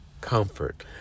comfort